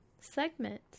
segment